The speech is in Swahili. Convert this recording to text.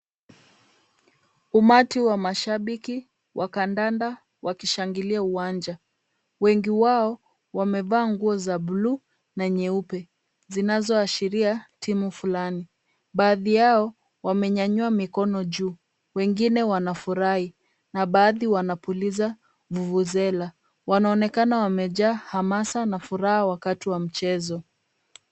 Umati wa mashabiki wa kandanda wakishangilia uwanja. Wengi wao wamevaa nguo za buluu na nyeupe zinazoashiria timu flani. Baadhi yao wamenyanyua mikono juu wengine wanafurahi na baadhi wanapuliza vuvuzela. Wanaonekana wamejaa hamasa na furaha wakati wa mchezo.